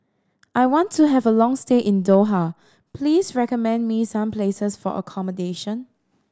I want to have a long stay in Doha please recommend me some places for accommodation